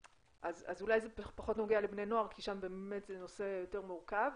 אז אולי זה פחות נוגע לבני נוער כי שם זה באמת נושא יותר מורכב,